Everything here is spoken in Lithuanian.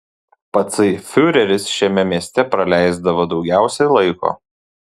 patsai fiureris šiame mieste praleisdavo daugiausiai laiko